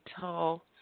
tall